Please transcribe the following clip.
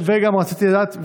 וגם רציתי לדעת,